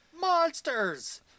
Monsters